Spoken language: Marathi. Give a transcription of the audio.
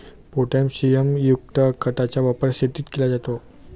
पोटॅशियमयुक्त खताचा वापर शेतीत केला जातो